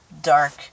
dark